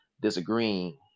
disagreeing